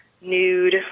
nude